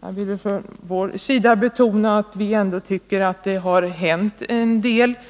Jag vill betona att vi för vår del ändå tycker att det har hänt en del på